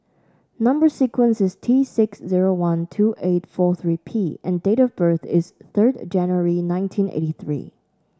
number sequence is T six zero one two eight four three P and date of birth is third January nineteen eighty three